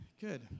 Good